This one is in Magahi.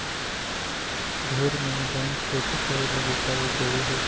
ढेर मनी बैंक खेती करे लगी कर्ज देवो हय